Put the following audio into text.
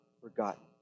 forgotten